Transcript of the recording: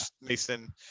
mason